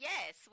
Yes